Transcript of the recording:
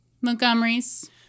Montgomery's